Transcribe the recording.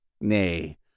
Nay